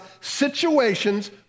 situations